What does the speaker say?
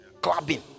clubbing